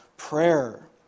Prayer